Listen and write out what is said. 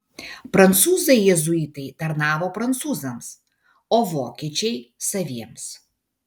prancūzai jėzuitai tarnavo prancūzams o vokiečiai saviems